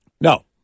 No